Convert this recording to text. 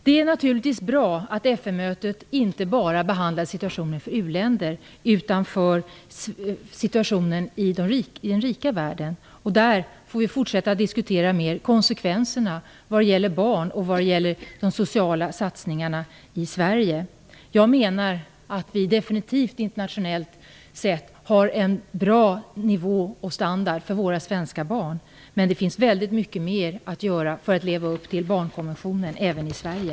Det är naturligtvis bra att FN-mötet inte bara behandlade situationen i u-länder, utan även situationen i den rika världen. Vi får fortsätta att diskutera konsekvenserna av de sociala satsningarna på barn i Sverige. Jag menar att vi internationellt sett definitivt har en bra nivå och standard för våra svenska barn. Men det finns mycket mer att göra för att vi skall leva upp till barnkonventionen även i Sverige.